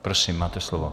Prosím, máte slovo.